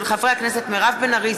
הצעתם של חברי הכנסת מירב בן ארי,